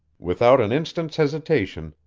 without an instant's hesitation,